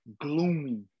gloomy